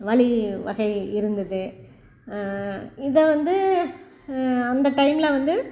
வழி வகை இருந்தது இதை வந்து அந்த டைமில் வந்து